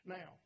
Now